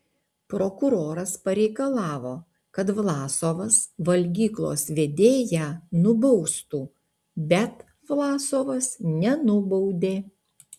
prokuroras pareikalavo kad vlasovas valgyklos vedėją nubaustų bet vlasovas nenubaudė